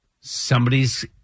somebody's